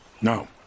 No